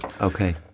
Okay